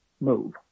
move